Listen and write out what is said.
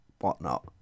whatnot